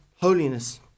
holiness